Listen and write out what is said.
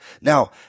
Now